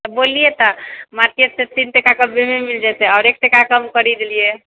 बोलिए तऽ मार्केट सँ तीन टका कममे मिल जेतै आओर एक टका कम करि देलियै